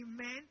Amen